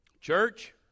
church